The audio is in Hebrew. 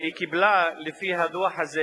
היא קיבלה לפי הדוח הזה,